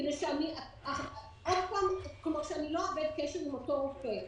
כדי שאני לא אאבד קשר עם אותו רופא.